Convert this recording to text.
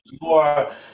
more